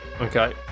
Okay